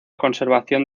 conservación